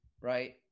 right